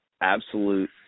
absolute –